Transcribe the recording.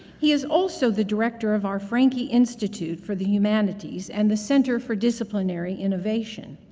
he is also the director of our franke institute for the humanities and the center for disciplinary innovation.